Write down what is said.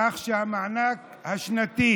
כך שהמענק השנתי